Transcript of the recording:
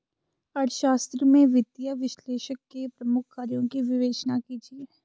अर्थशास्त्र में वित्तीय विश्लेषक के प्रमुख कार्यों की विवेचना कीजिए